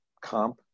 comp